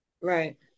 Right